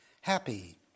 happy